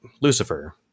Lucifer